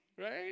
Right